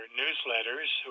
newsletters